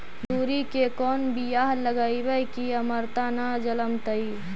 मसुरी के कोन बियाह लगइबै की अमरता न जलमतइ?